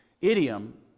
idiom